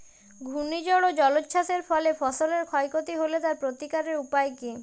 ঘূর্ণিঝড় ও জলোচ্ছ্বাস এর ফলে ফসলের ক্ষয় ক্ষতি হলে তার প্রতিকারের উপায় কী?